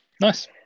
Nice